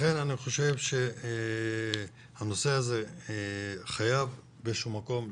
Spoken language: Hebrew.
לכן אני חושב שהנושא הזה חייב באיזה שהוא מקום להיפתר.